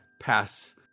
pass